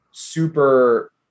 super